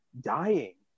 dying